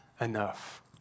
enough